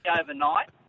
overnight